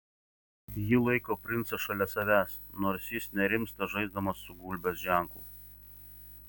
ji laiko princą šalia savęs nors jis nerimsta žaisdamas su gulbės ženklu